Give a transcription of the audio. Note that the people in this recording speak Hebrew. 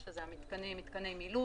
למה?